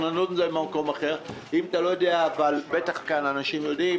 אם אתה לא יודע, אבל בטח כאן אנשים שיודעים